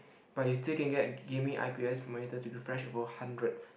but you still can get gaming I_P_S monitor to refresh above hundred